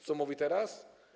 Co mówi teraz?